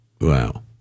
Wow